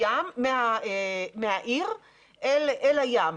מהעיר אל הים.